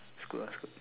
Scoot ah Scoot